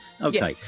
Okay